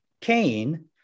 Cain